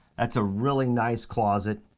that's a really nice closet,